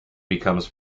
becomes